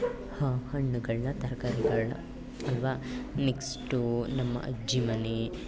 ಹಾಂ ಹಣ್ಣುಗಳನ್ನು ತರ್ಕಾರಿಗಳನ್ನು ಅಲ್ವಾ ನೆಕ್ಸ್ಟು ನಮ್ಮ ಅಜ್ಜಿ ಮನೆ